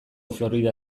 florida